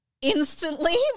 Instantly